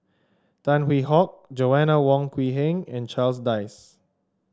Tan Hwee Hock Joanna Wong Quee Heng and Charles Dyce